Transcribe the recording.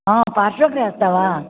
हो पार्श्वगृहस्त वा